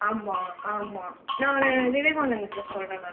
ஆமாம் ஆமாம் நான் விவேகானந்தத்துகிட்ட சொல்கிறேன் நான்